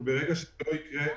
וברגע שזה לא יקרה,